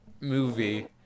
movie